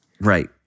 right